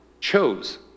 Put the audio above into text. chose